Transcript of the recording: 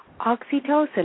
Oxytocin